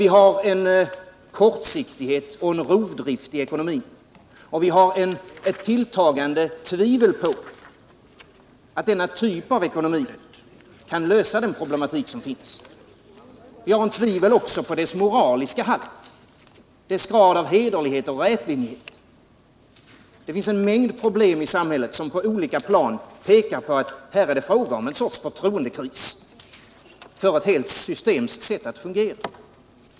Vi har en kortsiktighet och en rovdrift i ekonomin, och vi har ett tilltagande tvivel på att denna typ av ekonomi kan lösa den problematik som finns. Vi har också tvivel på dess moraliska halt, dess grad av hederlighet och rätlinjighet. Det finns en mängd problem i samhället som på olika plan visar att här är det fråga om en sorts förtroendekris inför ett helt systems sätt att fungera.